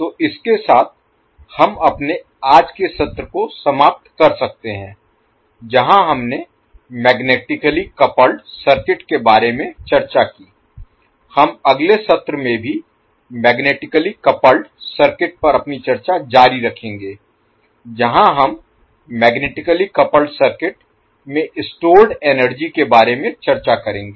तो इसके साथ हम अपने आज के सत्र को समाप्त कर सकते हैं जहां हमने मैग्नेटिकली कपल्ड सर्किट के बारे में चर्चा की हम अगले सत्र में भी मैग्नेटिकली कपल्ड सर्किट पर अपनी चर्चा जारी रखेंगे जहां हम मैग्नेटिकली कपल्ड सर्किट में स्टोर्ड Stored संग्रहीत एनर्जी के बारे में चर्चा करेंगे